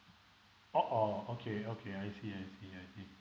oh oh okay okay I see I see I see